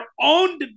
own